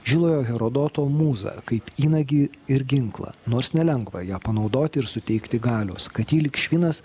žilojo herodoto mūzą kaip įnagį ir ginklą nors nelengva ją panaudoti ir suteikti galios kad ji lyg švinas